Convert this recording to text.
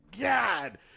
God